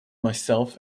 myself